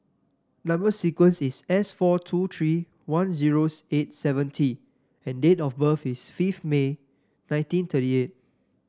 number sequence is S four two three one zero eight seven T and date of birth is fifth May nineteen thirty eight